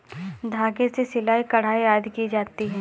धागे से सिलाई, कढ़ाई आदि की जाती है